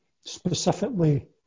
specifically